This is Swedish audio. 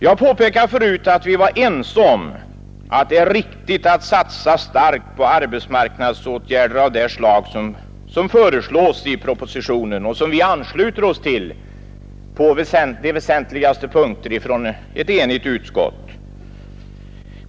Jag påpekade förut att vi var ense om att det är riktigt att satsa starkt på arbetsmarknadsåtgärder av det slag som föreslås i propositionen och som vi på de väsentligaste punkterna ansluter oss till i ett enigt utskott.